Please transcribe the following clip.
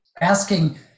asking